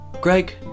Greg